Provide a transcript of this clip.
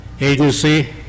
Agency